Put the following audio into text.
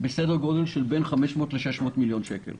בסדר גודל של בין 500 600 מיליון שקל,